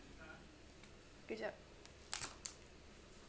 kejap